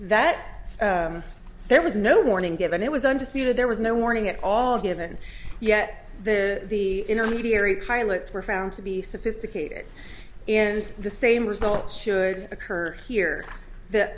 that there was no warning given it was undisputed there was no warning at all given yet the intermediary pilots were found to be sophisticated and the same results should occur here the